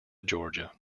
georgia